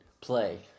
play